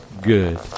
good